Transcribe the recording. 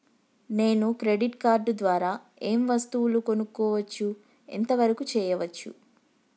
నేను credit card ద్వారా ఏం వస్తువులు కొనుక్కోవచ్చు ఎంత వరకు చేయవచ్చు?